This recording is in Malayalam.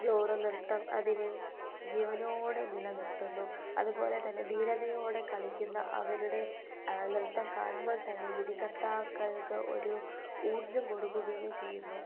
ഫ്ലോർ നൃത്തം അതിനെ ജീവനോടെ നിലനിർത്തുന്നു അതുപോലെ തന്നെ ധീരതയോടെ കളിക്കുന്ന അവരുടെ നൃത്തം കാണുമ്പോൾ തന്നെ വിധികർത്താക്കൾക്ക് ഒരു ഊർജ്ജം കൊടുക്കുകയും ചെയ്യുന്നു